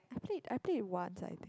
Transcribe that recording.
I played I played once ah I think